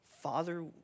Father